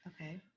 okay